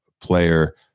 player